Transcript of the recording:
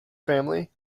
family